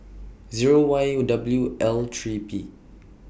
Zero Y W L three P